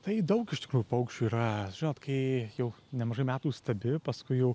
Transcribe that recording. tai daug iš tikrųjų paukščių yra žinot kai jau nemažai metų stebi paskui jau